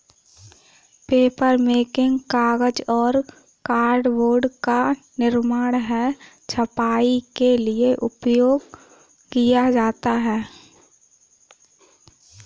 papermaking कागज और cardboard का निर्माण है छपाई के लिए उपयोग किया जाता है